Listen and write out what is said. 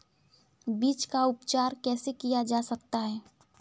बीज का उपचार कैसे किया जा सकता है?